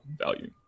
value